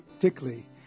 particularly